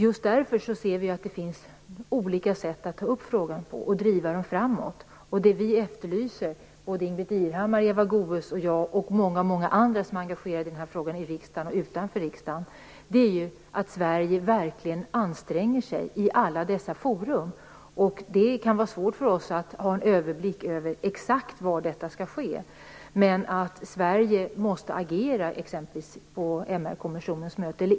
Just därför inser vi att det finns olika sätt att ta upp frågan på och driva den framåt. Det både Ingbritt Irhammar, Eva Goës och jag och många andra som är engagerade i denna fråga i och utanför riksdagen efterlyser är att Sverige verkligen anstränger sig i alla dessa forum. Det kan vara svårt för oss att ha en överblick över exakt var detta skall ske, men Sverige måste agera exempelvis inför eller på MR kommissionens möte.